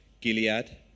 Gilead